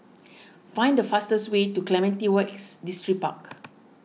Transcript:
find the fastest way to Clementi West Distripark